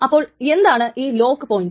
അപ്പോൾ എന്താണ് ഈ ലോക്ക് പോയിന്റ്